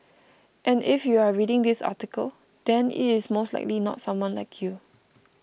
and if you are reading this article then it is most likely not someone like you